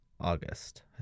August